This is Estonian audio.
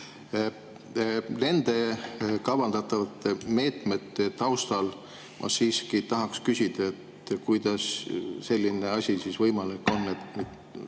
Nende kavandatud meetmete taustal ma siiski tahaks küsida, kuidas selline asi võimalik on, et